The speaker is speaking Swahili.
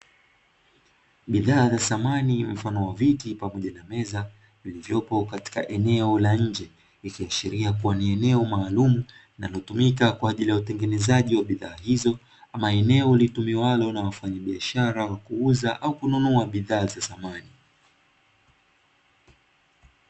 Bidhaa za thamani mfano wa viti pamoja na meza, vilivyopo katika eneo la nje, ikiashiria kuwa ni eneo maalum linalotumika kwa ajili ya utengenezaji wa bidhaa hizo, ama eneo litumiwalo na wafanyabiashara wa kuuza au kununua bidhaa za samani.